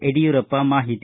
ಯಡಿಯೂರಪ್ಪ ಮಾಹಿತಿ